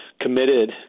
committed